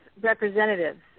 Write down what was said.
representatives